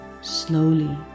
slowly